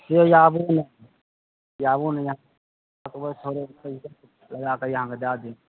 से आबू आबू ने रखबै थोड़े लगाके अहाँके दए देब